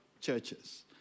churches